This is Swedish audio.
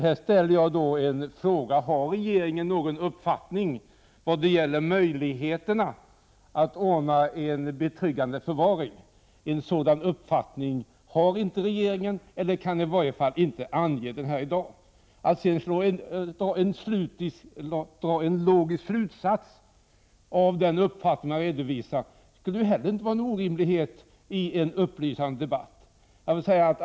Här ställde jag frågan: Har regeringen någon uppfattning vad det gäller möjligheterna att ordna en betryggande förvaring? Någon uppfattning harinte regeringen, eller kan i varje fall inte redovisa den här i dag. Att dra en logisk slutsats av en redovisad uppfattning skulle inte heller vara något 79 orimligt i en upplysande debatt.